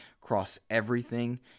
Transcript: cross-everything